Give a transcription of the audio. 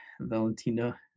Valentina